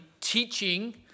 teaching